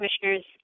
Commissioners